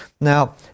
Now